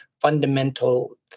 fundamental